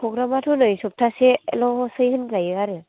प्रग्रामाथ' नै सबथासेल'सै होनजायो आरो